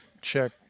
check